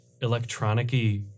electronic-y